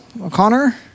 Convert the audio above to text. O'Connor